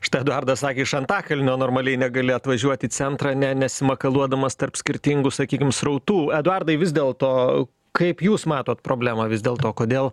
štai eduardas sakė iš antakalnio normaliai negali atvažiuoti į centrą ne nesimakaluodamas tarp skirtingų sakykim srautų eduardai vis dėlto kaip jūs matot problemą vis dėl to kodėl